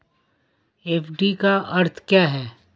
FD का अर्थ क्या है?